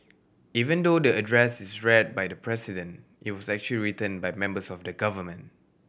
even though the address is read by the President it was actually written by members of the government